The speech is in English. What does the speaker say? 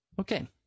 Okay